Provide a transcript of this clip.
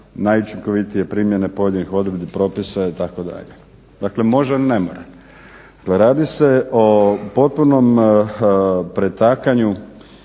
najučinkovitije primjene pojedinih odredbi propisa, itd. Dakle, može ili ne mora. Dakle, radi se o potpunom pretakanju